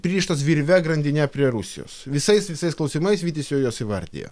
pririštas virve grandine prie rusijos visais visais klausimais vytis jau juos įvardijo